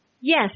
yes